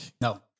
No